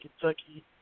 Kentucky